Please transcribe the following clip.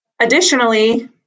Additionally